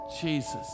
Jesus